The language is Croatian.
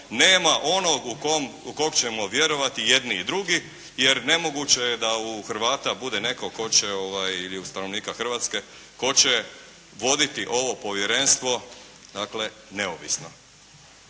Nema onog u kog ćemo vjerovati i jedni i drugi, jer nemoguće je da u Hrvata bude netko tko će ili od stanovnika Hrvatske tko će voditi ovo povjerenstvo dakle neovisno.